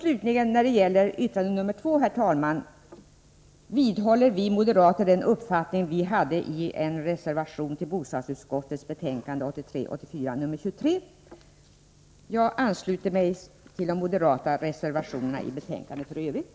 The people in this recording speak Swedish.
Slutligen: När det gäller det särskilda yttrandet nr 2 vidhåller vi moderater den uppfattning som vi gett uttryck för i en reservation vid bostadsutskottets betänkande 1983/84:23. F. ö. ansluter jag mig till vad som sägs i de moderata reservationerna vid detta betänkande.